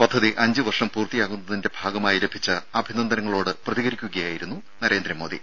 പദ്ധതി അഞ്ച് വർഷം പൂർത്തിയാകുന്നതിന്റെ ഭാഗമായി ലഭിച്ച അഭിനന്ദനങ്ങളോട് പ്രതികരിക്കുകയായിരുന്നു നരേന്ദ്രമോദി